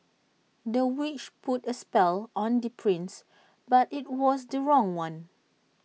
the witch put A spell on the prince but IT was the wrong one